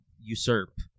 usurp